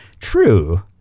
true